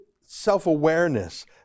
self-awareness